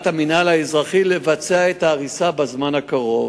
המינהל האזרחי לבצע את ההריסה בזמן הקרוב.